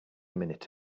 minute